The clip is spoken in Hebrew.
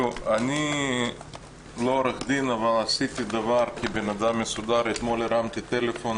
אני לא עורך דין אבל כבן-אדם מסודר הרמתי אתמול טלפון